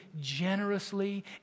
generously